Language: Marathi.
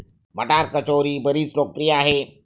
मटार कचोरी बरीच लोकप्रिय आहे